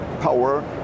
power